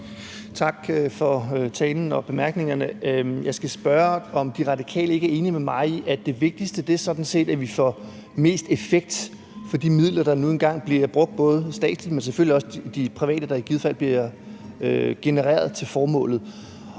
Tak for talen og bemærkningerne. Jeg skal spørge, om De Radikale ikke er enige med mig i, at det vigtigste sådan set er, at vi får mest mulig effekt for de midler, der nu engang bliver brugt, både de statslige, men selvfølgelig også de private, der i givet fald bliver genereret til formålet.